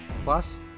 plus